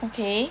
okay